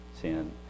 sin